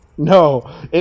No